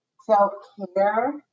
self-care